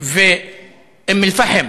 אום-אלפחם